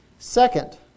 Second